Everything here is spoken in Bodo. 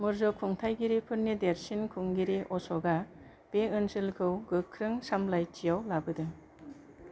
मौर्य खुंथायगिरिफोरनि देरसिन खुंगिरि अशोकआ बे ओनसोलखौ गोख्रों सामलायथियाव लाबोदों